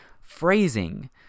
phrasing